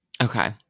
Okay